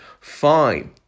fine